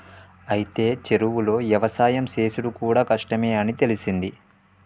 అయితే చెరువులో యవసాయం సేసుడు కూడా కష్టమే అని తెలిసింది